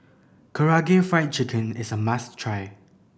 Karaage Fried Chicken is a must try